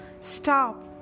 Stop